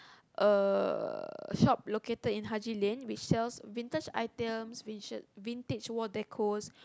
a shop located in Haji-Lane which sells vintage items vintage vintage wall decos